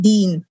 Dean